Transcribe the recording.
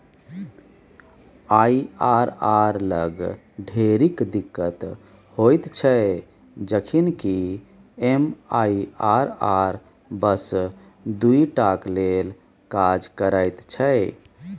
IRR लग ढेरिक दिक्कत होइत छै जखन कि एम.आई.आर.आर बस दुइ टाक लेल काज करैत छै